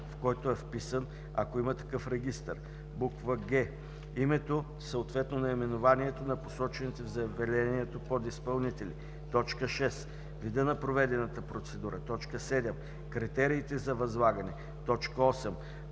в който е вписан, ако има такъв регистър; г) името, съответно наименованието на посочените в заявлението подизпълнители; 6. вида на проведената процедура; 7. критериите за възлагане; 8.